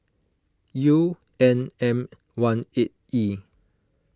U N M one eight E